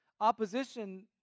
Opposition